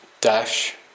Dash